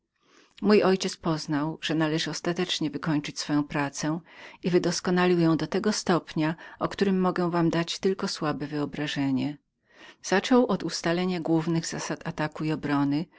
mój ojciec poznał że należało ostatecznie wykończyć swoją pracę i wydoskonalił ją do stopnia o którym mogę wam tylko dać słabe wyobrażenie zaczynał od ustalenia głównych zasad